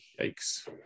yikes